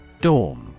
Dorm